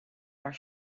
are